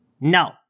No